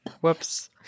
Whoops